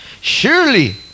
Surely